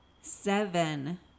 seven